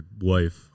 Wife